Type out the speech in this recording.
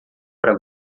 para